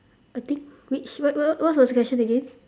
I think which what what what's the question again